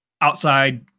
outside